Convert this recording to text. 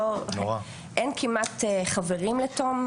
אין כמעט חברים לתום,